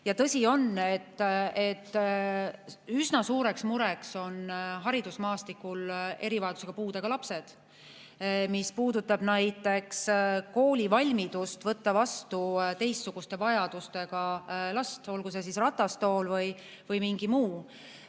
Tõsi on, et üsna suureks mureks on haridusmaastikul erivajadusega, puudega lapsed, mis puudutab näiteks kooli valmidust võtta vastu teistsuguste vajadustega last, olgu see siis vajadus